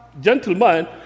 gentleman